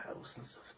thousands